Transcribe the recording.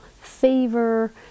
fever